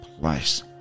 place